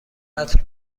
عطر